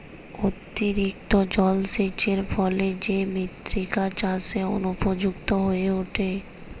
অতিরিক্ত জলসেচের ফলে কি মৃত্তিকা চাষের অনুপযুক্ত হয়ে ওঠে?